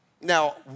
Now